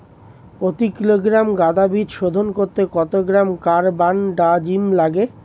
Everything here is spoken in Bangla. প্রতি কিলোগ্রাম গাঁদা বীজ শোধন করতে কত গ্রাম কারবানডাজিম লাগে?